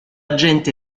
gente